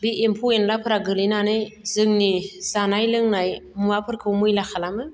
बे एम्फौ एन्लाफोरा गोग्लैनानै जोंनि जानाय लोंनाय मुवाफोरखौ मैला खालामो